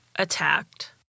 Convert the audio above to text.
attacked